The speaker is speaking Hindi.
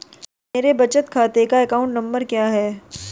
मेरे बचत खाते का अकाउंट नंबर क्या है?